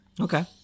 Okay